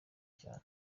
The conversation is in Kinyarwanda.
cyane